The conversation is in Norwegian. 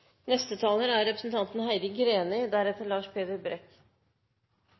Neste taler er representanten